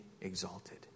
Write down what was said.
exalted